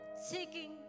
seeking